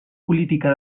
política